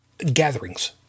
gatherings